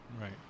Right